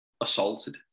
assaulted